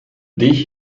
dich